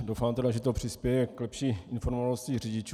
Doufám, že to přispěje k lepší informovanosti řidičů.